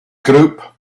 group